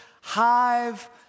Hive